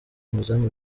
umuzamu